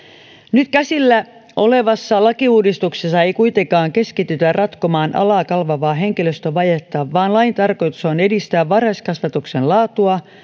nyt käsillä olevassa lakiuudistuksessa ei kuitenkaan keskitytä ratkomaan alaa kalvavaa henkilöstövajetta vaan lain tarkoitus on edistää varhaiskasvatuksen laatua